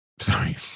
Sorry